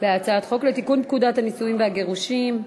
הצעת חוק לתיקון פקודת הנישואין והגירושין (רישום)